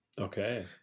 okay